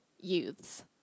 youths